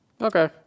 Okay